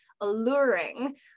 alluring